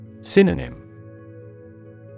Synonym